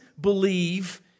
believe